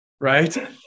Right